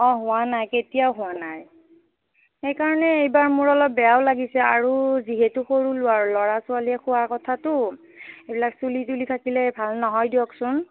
অঁ হোৱা নাই কেতিয়াও হোৱা নাই সেইকাৰণে এইবাৰ মোৰ অলপ বেয়াও লাগিছে আৰু যিহেতু সৰু ল'ৰা ল'ৰা ছোৱালীয়ে খোৱা কথাতো এইবিলাক চুলি তুলি থাকিলে ভাল নহয় দিয়কচোন